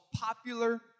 popular